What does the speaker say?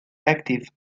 active